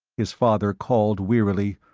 his father called wearily,